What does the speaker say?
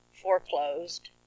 foreclosed